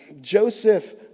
Joseph